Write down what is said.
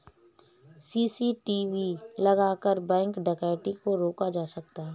CCTV लगाकर bank डकैती को रोका जा सकता है